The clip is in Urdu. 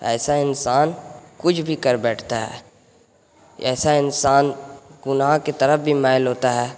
ایسا انسان کچھ بھی کر بیٹھتا ہے ایسا انسان گناہ کی طرف بھی مائل ہوتا ہے